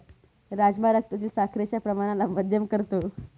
राजमा रक्तातील साखरेच्या प्रमाणाला मध्यम करतो